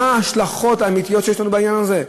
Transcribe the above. מה ההשלכות האמיתיות של העניין הזה?